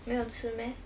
没有吃 meh